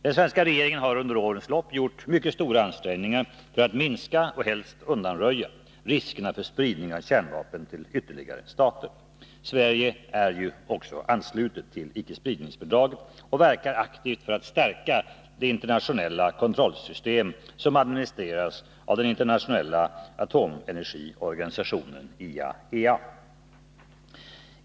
Den svenska regeringen har under årens lopp gjort mycket stora ansträngningar för att minska, och helst undanröja, riskerna för spridning av kärnvapen till ytterligare stater. Sverige är självfallet anslutet till icke-spridningsfördraget och verkar aktivt för att stärka det internationella kontrollsystem som administreras av den internationella atomenergiorganisationen IAEA.